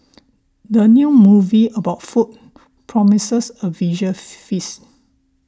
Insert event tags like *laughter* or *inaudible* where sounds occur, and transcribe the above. the new movie about food promises a visual *noise* feast